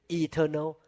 eternal